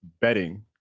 betting